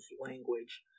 language